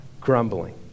grumbling